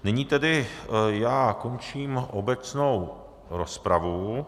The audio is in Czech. Nyní tedy končím obecnou rozpravu.